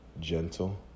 gentle